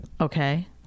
Okay